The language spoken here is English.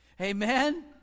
Amen